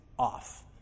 off